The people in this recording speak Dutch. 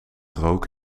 rook